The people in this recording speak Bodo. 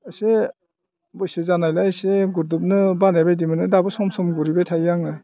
एसे बैसो जानायलाय एसे गुरदोबनो बानायबायदि मोनो दाबो सम सम गुरहैबाय थायो आङो